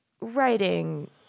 writing